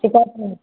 शिकायत नहि